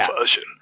version